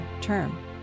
term